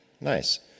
Nice